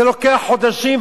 זה לוקח חודשים,